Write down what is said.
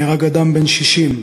נהרג אדם בן 60,